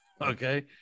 Okay